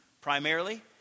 Primarily